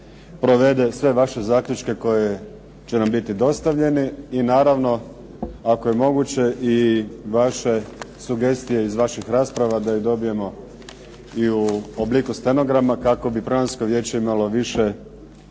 provede sve vaše zaključke koji će nam biti dostavljeni. I naravno ako je moguće i vaše sugestije iz vaših rasprava da ih dobijemo i u obliku stenograma kako bi Programsko vijeće imalo više